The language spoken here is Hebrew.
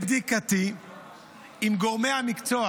מבדיקתי עם גורמי המקצוע